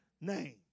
name